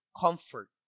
comfort